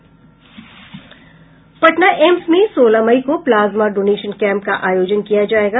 Patna AIIMS में सोलह मई को प्लाज्मा डोनेशन कैम्प का आयोजन किया जायेगा